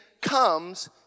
comes